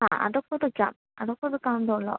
ആ അത് ഒക്കെ തുച്ഛമാണ് അത് ഒക്കെ ഒന്ന് കണ്ടോളൂ